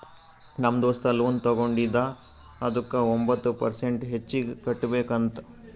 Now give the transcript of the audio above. ನಮ್ ದೋಸ್ತ ಲೋನ್ ತಗೊಂಡಿದ ಅದುಕ್ಕ ಒಂಬತ್ ಪರ್ಸೆಂಟ್ ಹೆಚ್ಚಿಗ್ ಕಟ್ಬೇಕ್ ಅಂತ್